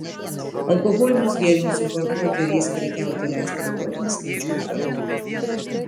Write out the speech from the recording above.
alkoholinius gėrimus importuoti ir jais prekiauti leista ribotam skaičiui firmų